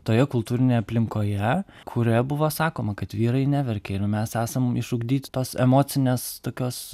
toje kultūrinėje aplinkoje kurioje buvo sakoma kad vyrai neverkia ir mes esam išugdyti tos emocinės tokios